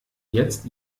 jetzt